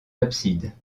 absides